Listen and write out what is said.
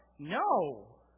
No